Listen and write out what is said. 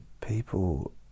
people